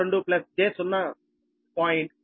02 j0